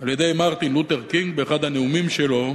על-ידי מרטין לותר קינג באחד הנאומים שלו.